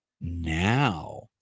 Now